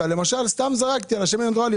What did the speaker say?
למשל סתם זרקתי על שמן הידראולי.